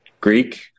Greek